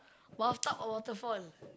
bathtub or waterfall